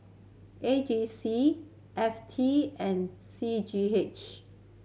A G C F T and C G H